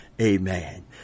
Amen